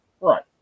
Right